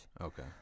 okay